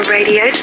Radio